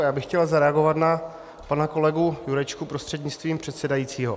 Já bych chtěl zareagovat na pana kolegu Jurečku prostřednictvím předsedajícího.